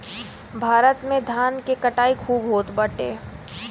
भारत में धान के कटाई खूब होत बाटे